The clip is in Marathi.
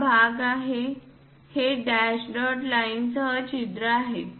हा भाग 8 आहे हे डॅश डॉट लाइन सह छिद्र आहे